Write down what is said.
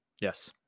Yes